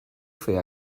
fer